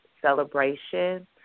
celebration